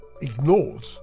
ignored